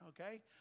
okay